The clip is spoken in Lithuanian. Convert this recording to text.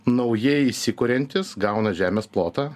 naujai įsikuriantis gauna žemės plotą